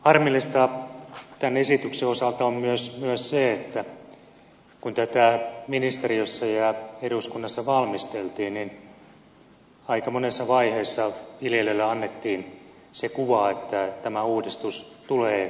harmillista tämän esityksen osalta on myös se että kun tätä ministeriössä ja eduskunnassa valmisteltiin aika monessa vaiheessa viljelijöille annettiin se kuva että tämä uudistus tulee toteutumaan